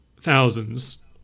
thousands